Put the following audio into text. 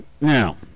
Now